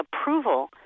approval